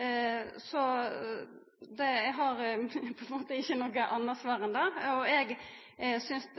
Eg har ikkje noko anna svar enn det. Eg synest